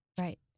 Right